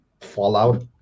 fallout